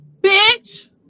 bitch